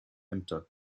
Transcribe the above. ämter